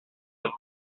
have